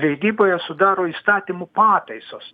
leidyboje sudaro įstatymų pataisos